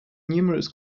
numerous